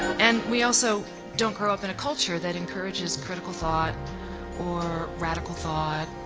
and we also don't grow up in a culture that encourages critical thought or radical thought